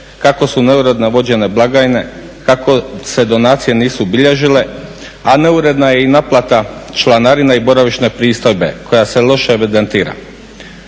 kako su neuredno vođene blagajne, kako se donacije nisu bilježile, a neuredna je i naplata članarina i boravišne pristojbe koja se loše evidentira.